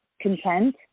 content